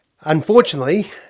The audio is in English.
unfortunately